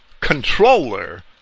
controller